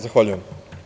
Zahvaljujem.